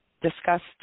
discussed